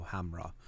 Hamra